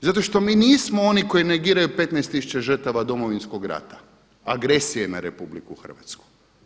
Zato što mi nismo oni koji negiraju 15 tisuća žrtava Domovinskog rata, agresije na Republiku Hrvatsku.